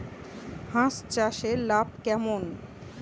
হাঁস চাষে লাভ কেমন?